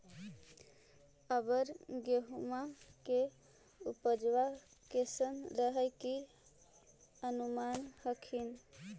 अबर गेहुमा के उपजबा कैसन रहे के अनुमान हखिन?